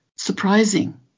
Surprising